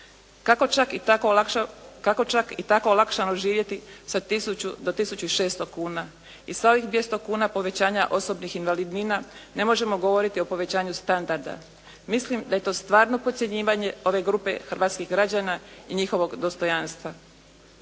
Kako čak i tako olakšano živjeti sa 1000 do 1600 kuna i sa ovih 200 kuna povećanja osobnih invalidnina ne možemo govoriti o povećanju standarda. Mislim da je to stvarno podcjenjivanje ove grupe hrvatskog građana i njihovog dostojanstva.